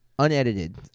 unedited